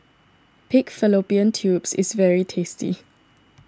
Pig Fallopian Tubes is very tasty